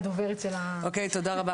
תודה.